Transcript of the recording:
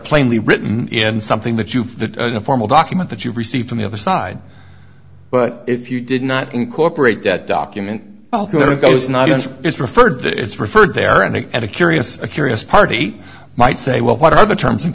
plainly written in something that you've the formal document that you received from the other side but if you did not incorporate that document goes not just referred to it's referred there and then at a curious curious party might say well what are the terms and